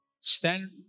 Stand